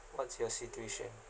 what's your situation